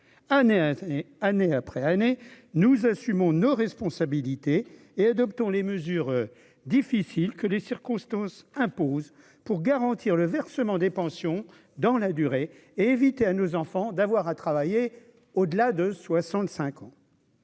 année après année, nous assumons nos responsabilités et adoptons les mesures difficiles que les circonstances imposent pour garantir le versement des pensions dans la durée et éviter à nos enfants d'avoir à travailler au-delà de 65 ans,